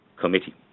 committee